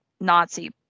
nazi